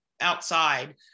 outside